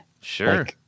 Sure